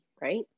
right